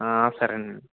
సరే అండి